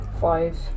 Five